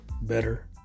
better